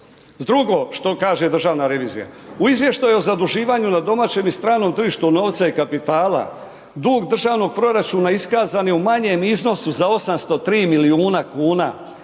Drugo, što kaže državna revizija? U izvještaju o zaduživanju na domaćem i stranom tržištu novca i kapitala, dug državnog proračuna iskazan je u manjem iznosu za 803 milijuna kuna,